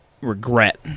regret